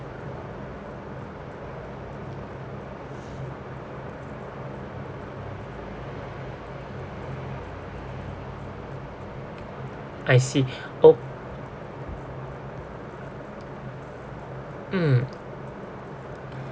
I see oh mm